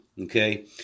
Okay